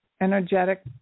energetic